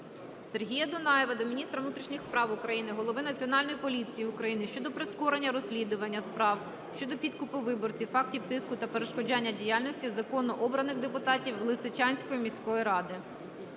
Сергія Дунаєва до міністра внутрішніх справ України, голови Національної поліції України щодо прискорення розслідування справ щодо підкупу виборців, фактів тиску та перешкоджання діяльності законно обраних депутатів Лисичанської міської ради.